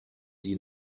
die